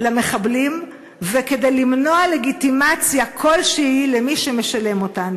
למחבלים וכדי למנוע לגיטימציה כלשהי למי שמשלם אותן?